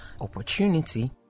opportunity